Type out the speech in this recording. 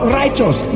righteous